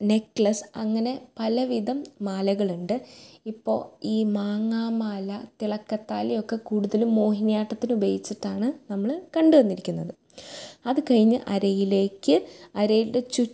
necklace അങ്ങനെ പലവിധം മാലകളുണ്ട് ഇപ്പോൾ ഈ മാങ്ങാ മാല തിളക്കത്താലിയൊക്കെ കൂട്തലും മോഹനിയാട്ടത്തിനുപയോഗിച്ചിട്ടാണ് നമ്മൾ കണ്ട് വന്നിരിക്കുന്നത് അത് കഴിഞ്ഞ് അരയിലേക്ക് അരയുടെ ചു